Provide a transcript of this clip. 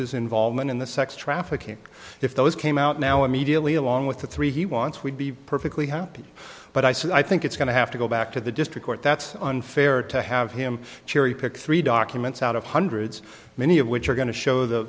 his involvement in the sex trafficking if those came out now immediately along with the three he wants would be perfectly happy but i said i think it's going to have to go back to the district court that's unfair to have him cherry pick three documents out of hundreds many of which are going to show the